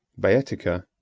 baetica,